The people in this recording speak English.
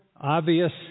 obvious